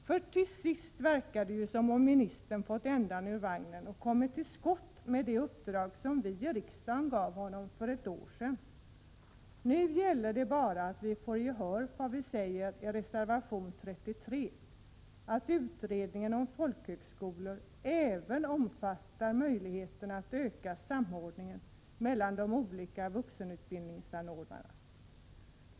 Till sist verkar det ju som om ministern fått ändan ur vagnen och kommit till skott med det uppdrag som vii riksdagen gav honom för ett år sedan. Nu gäller det bara att vi får gehör för vad vi säger i reservation 33, att direktiven till utredningen om folkhögskolor även borde omfatta uppdrag att studera möjligheterna att öka samordningen mellan olika vuxenutbildningsanordnare.